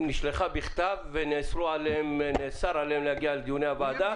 היא נשלחה בכתב ונאסר עליהם להגיע לדיוני הוועדה.